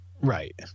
Right